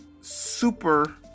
super